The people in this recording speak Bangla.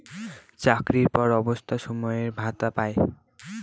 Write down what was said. চাকরির পর অবসর সময়ে ভাতা পায়